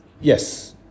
Yes